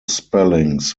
spellings